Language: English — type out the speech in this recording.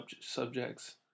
subjects